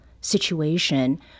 situation